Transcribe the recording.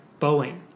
Boeing